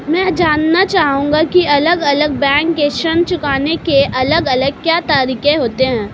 मैं जानना चाहूंगा की अलग अलग बैंक के ऋण चुकाने के अलग अलग क्या तरीके होते हैं?